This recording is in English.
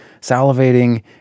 salivating